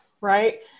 right